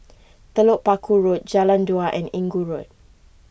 Telok Paku Road Jalan Dua and Inggu Road